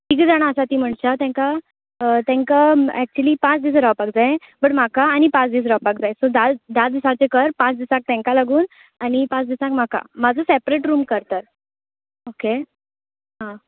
तिगा जाणा आसा ती मनशांं तेंका तेंका ऍक्चूली पांच दीस रावपाक जाय बट म्हाका आनीक पांच दीस रावपाक जाय सो धा धा दिसाचे कर पांच दिसांक तेंका लागून आनी पाच दिसाक म्हाका म्हाजो सॅपरेट रूम कर तर ओके हां